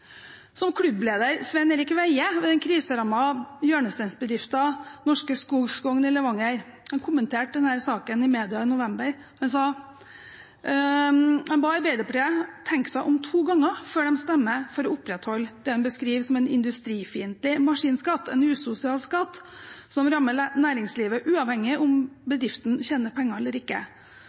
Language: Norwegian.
f.eks. klubbleder Svein Erik Veie ved den kriserammede hjørnesteinsbedriften Norske Skog på Skogn i Levanger. Han kommenterte denne saken i media i november i år. Han ba Arbeiderpartiet tenke seg om to ganger før de stemmer for å opprettholde det han beskriver som en industrifiendtlig maskinskatt, en usosial skatt som rammer næringslivet, uavhengig av om bedriften tjener penger eller ikke.